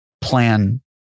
plan